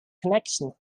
connection